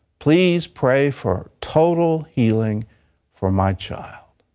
please pray for total healing for my child.